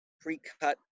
pre-cut